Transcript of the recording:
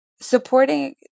supporting